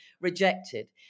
rejected